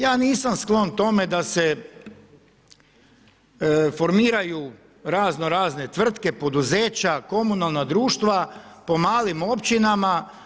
Ja nisam sklon tome da se formiraju razno razne tvrtke, poduzeća, komunalna poduzeća po malim općinama.